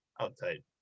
outside